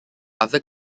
other